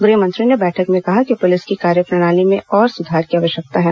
गृहमंत्री ने बैठक में कहा कि पुलिस की कार्यप्रणाली में और सुधार की आवश्यकता है